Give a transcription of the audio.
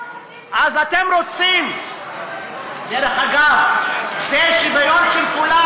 אז אתם רוצים, דרך אגב, זה שוויון של כולם.